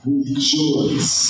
Rejoice